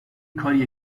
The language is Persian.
کاریه